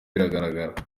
bigaragara